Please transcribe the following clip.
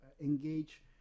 engage